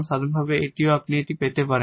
সাধারণভাবে আমরাও এটি পেতে পারি